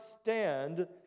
stand